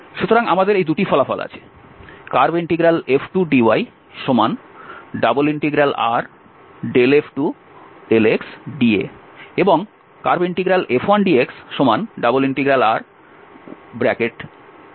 সুতরাং আমাদের এই দুটি ফলাফল আছে CF2dy∬RF2∂xdA এবং CF1dx∬R F1∂ydA